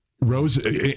Rose